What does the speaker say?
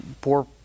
poor